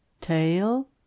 Tail